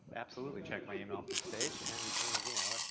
absolutely, checked my email onstage, and, and you know,